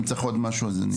אם אתם צריכים עוד משהו, אענה.